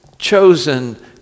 chosen